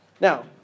Now